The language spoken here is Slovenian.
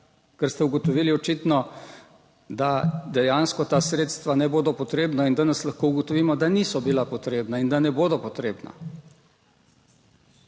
ker ste ugotovili očitno, da dejansko ta sredstva ne bodo potrebna. In danes lahko ugotovimo, da niso bila potrebna in da ne bodo potrebna.